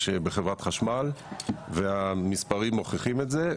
בחברת חשמל והמספרים מוכיחים את זה,